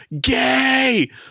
Gay